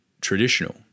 traditional